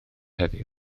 heddiw